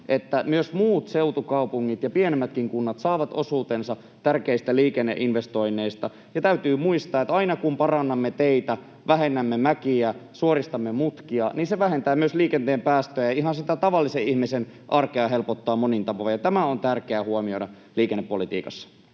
että myös muut seutukaupungit ja pienemmätkin kunnat saavat osuutensa tärkeistä liikenneinvestoinneista. Ja täytyy muistaa, että aina kun parannamme teitä, vähennämme mäkiä, suoristamme mutkia, niin se vähentää myös liikenteen päästöjä ja helpottaa ihan sitä tavallisen ihmisen arkea monin tavoin. Tämä on tärkeää huomioida liikennepolitiikassa.